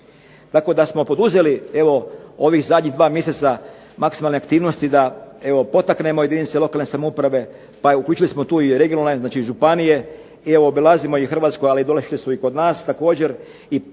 Tako da smo poduzeli evo ovih zadnjih dva mjeseca maksimalne aktivnosti da potaknemo jedinice lokalne samouprave, pa uključili smo tu i regionalne, znači i županije. Evo obilazimo i Hrvatsku, ali došli su i kod nas također i sa namjerom